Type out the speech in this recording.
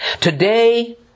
Today